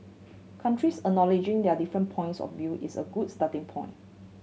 countries acknowledging their different points of view is a good starting point